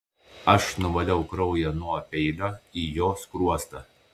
aš nuvaliau kraują nuo peilio į jo skruostą